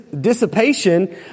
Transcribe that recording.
dissipation